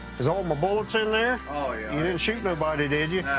is all my bullets in there? oh, yeah. you didn't shoot nobody, did you?